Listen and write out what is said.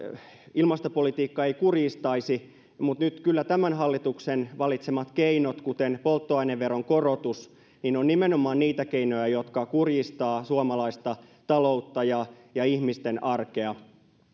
ilmastopolitiikka ei kurjistaisi mutta nyt kyllä tämän hallituksen valitsemat keinot kuten polttoaineveron korotus ovat nimenomaan niitä keinoja jotka kurjistavat suomalaista taloutta ja ja ihmisten arkea tämä polttoaineveron korotus kustantaa